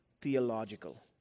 theological